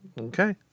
Okay